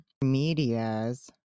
medias